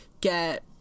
get